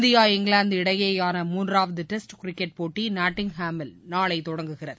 India இங்கிலாந்து இடையேயான மூன்றாவது டெஸ்ட் கிரிக்கெட் போட்டி நாட்டிங்ஹாமில் நாளை தொடங்குகிறது